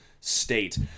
State